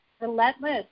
Relentless